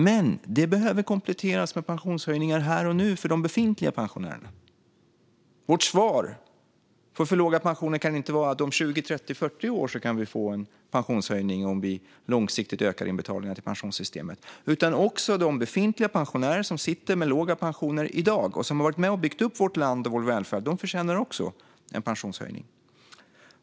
Men detta behöver kompletteras med pensionshöjningar här och nu för de befintliga pensionärerna. Vårt svar på för låga pensioner kan inte vara att vi om 20, 30 eller 40 år kan få en pensionshöjning om vi långsiktigt ökar inbetalningarna till pensionssystemet, utan även de befintliga pensionärer som sitter med låga pensioner i dag och som har varit med och byggt upp vårt land och vår välfärd förtjänar en pensionshöjning.